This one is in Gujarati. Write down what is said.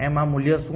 આ મૂલ્ય શું છે